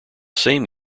same